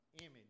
image